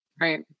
Right